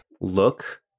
look